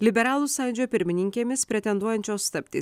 liberalų sąjūdžio pirmininkėmis pretenduojančios tapti